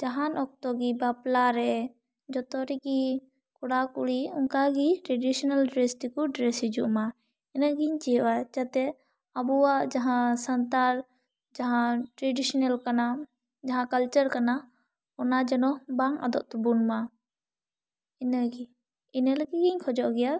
ᱡᱟᱦᱟᱱ ᱚᱠᱛᱚ ᱜᱮ ᱵᱟᱯᱞᱟ ᱨᱮ ᱡᱚᱛᱚ ᱨᱮᱜᱤ ᱠᱚᱲᱟ ᱠᱩᱲᱤ ᱚᱱᱠᱟᱜᱤ ᱴᱨᱟᱰᱤᱥᱚᱱᱟᱞ ᱰᱨᱮᱥ ᱛᱮᱠᱩ ᱰᱨᱮᱥ ᱦᱤᱡᱩᱜ ᱢᱟ ᱤᱱᱟᱜᱤᱧ ᱪᱟᱹᱭᱚᱜᱼᱟ ᱡᱟᱛᱮ ᱟᱵᱚᱣᱟᱜ ᱡᱟᱦᱟᱸ ᱥᱟᱱᱛᱟᱞ ᱡᱟᱦᱟᱸ ᱴᱨᱟᱰᱤᱥᱚᱱᱟᱞ ᱠᱟᱱᱟ ᱡᱟᱦᱟᱸ ᱠᱟᱞᱪᱟᱨ ᱠᱟᱱᱟ ᱚᱱᱟ ᱡᱮᱱᱚ ᱵᱟᱝ ᱟᱫᱚᱜ ᱛᱟᱹᱵᱩᱱ ᱢᱟ ᱤᱱᱟᱹ ᱜᱤ ᱤᱱᱟᱹ ᱞᱟᱹᱜᱤᱫ ᱜᱤᱧ ᱠᱷᱚᱡᱚᱜ ᱜᱮᱭᱟ